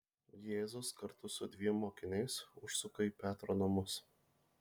jėzus kartu su dviem mokiniais užsuka į petro namus